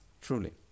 Truly